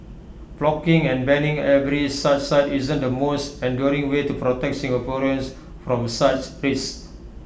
blocking and banning every such site isn't the most enduring way to protect Singaporeans from such risks